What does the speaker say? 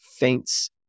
Faints